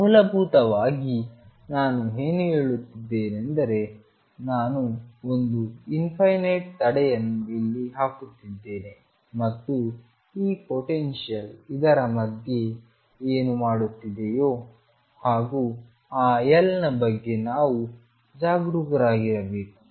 ಮೂಲಭೂತವಾಗಿ ನಾನು ಏನು ಹೇಳುತ್ತಿದ್ದೇನೆಂದರೆ ನಾನು ಒಂದು ಇನ್ಫೈನೈಟ್ ತಡೆಯನ್ನು ಇಲ್ಲಿ ಹಾಕುತ್ತಿದ್ದೇನೆ ಮತ್ತು ಈ ಪೊಟೆನ್ಶಿಯಲ್ ಇದರ ಮಧ್ಯೆ ಏನು ಮಾಡುತ್ತದೆಯೋ ಹಾಗೂ ಆ L ನ ಬಗ್ಗೆ ನಾವು ಜಾಗರೂಕರಾಗಿರಬೇಕು